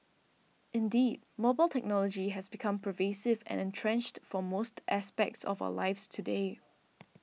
indeed mobile technology has become pervasive and entrenched for most aspects of our lives today